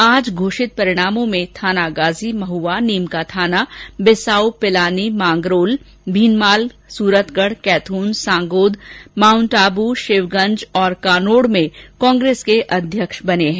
आज घोषित परिणामों में थानागाजी महुवा नीमकानाथा बिसाऊ पिलानी मांगरोल भीनमाल सूरतगढ कैथून सांगोद माउंटआबू शिवगंज और कानोड़ में कांग्रेस के अध्यक्ष बने हैं